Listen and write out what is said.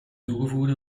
toevoegde